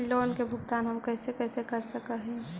Loan के भुगतान हम कैसे कैसे कर सक हिय?